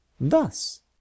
Thus